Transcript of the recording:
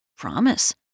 Promise